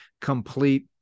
complete